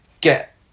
get